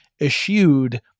eschewed